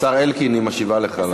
השר אלקין, היא משיבה לך.